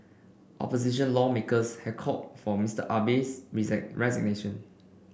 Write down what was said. opposition lawmakers have called for Mister Abe's resignation